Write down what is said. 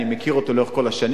אני מכיר אותו לאורך כל השנים.